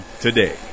today